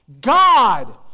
God